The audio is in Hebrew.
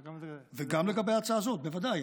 וגם לגבי ההצעה הזאת, בוודאי.